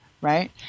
right